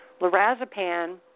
Lorazepam